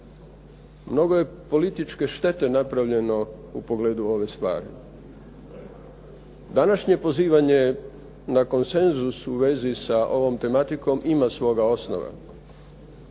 Mnogo je političke štete napravljeno u pogledu ove stvari. Današnje pozivanje na konsenzus u vezi sa ovom tematikom ima svoga osnova.